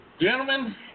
Gentlemen